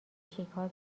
شکار